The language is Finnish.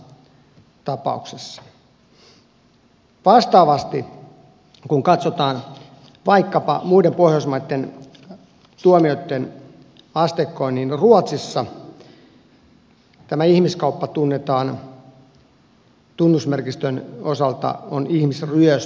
vastaavasti kun katsotaan vaikkapa muiden pohjoismaitten tuomioitten asteikkoa niin ruotsissa tämä ihmiskauppa tunnetaan tunnusmerkistön osalta ihmisryöstönä